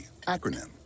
acronym